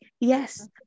Yes